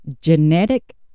genetic